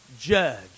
judge